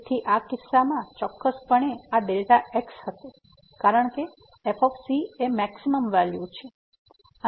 તેથી આ કિસ્સામાં ચોક્કસપણે આ Δx હશે કારણ કે f એ મહત્તમ વેલ્યુ છે